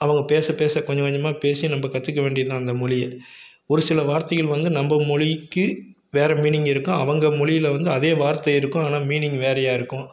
அவங்க பேச பேச கொஞ்சம் கொஞ்சமாக பேசி நம்ப கற்றுக்க வேண்டியது தான் அந்த மொழிய ஒரு சில வார்த்தைகள் வந்து நம்ப மொழிக்கு வேறு மீனிங் இருக்கும் அவங்கள் மொழில வந்து அதே வார்த்தை இருக்கும் ஆனால் மீனிங் வேறையாக இருக்கும்